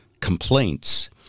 complaints